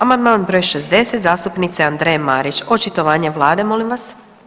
Amandman br. 60 zastupnice Andreje Marić, očitovanje vlade molim vas.